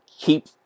keep